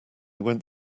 went